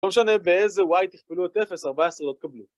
לא משנה באיזה וואי תכפלו את 0, 14 לא תקבלו